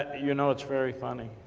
you know it's very funny,